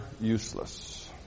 useless